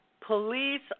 Police